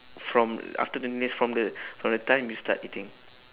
from after twenty minutes from the from the time you start eating